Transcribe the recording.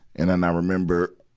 and then i remember,